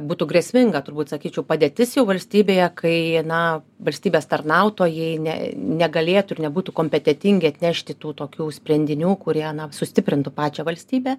būtų grėsminga turbūt sakyčiau padėtis jau valstybėje kai na valstybės tarnautojai ne negalėtų ir nebūtų kompetentingi atnešti tų tokių sprendinių kurie sustiprintų pačią valstybę